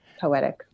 poetic